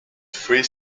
three